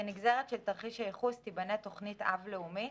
כנגזרת של תרחיש הייחוס, תיבנה תוכנית-אב לאומית,